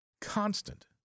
constant